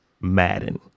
Madden